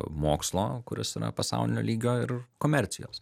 mokslo kuris yra pasaulinio lygio ir komercijos